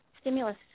stimulus